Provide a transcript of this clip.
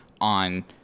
on